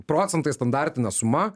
procentai standartinė suma